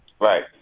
right